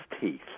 teeth